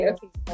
Okay